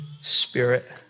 spirit